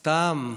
סתם.